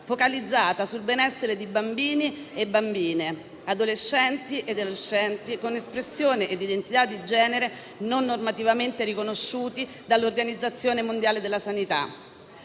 focalizzata sul benessere di bambini, bambine e adolescenti con espressione e/o identità di genere non normativamente riconosciuti dall'Organizzazione mondiale della sanità.